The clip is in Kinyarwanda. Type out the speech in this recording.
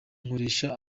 nkoresha